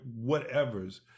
whatevers